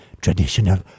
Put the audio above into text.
traditional